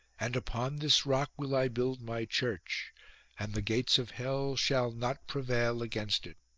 and upon this rock will i build my church and the gates of hell shall not prevail against it.